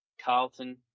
Carlton